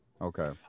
Okay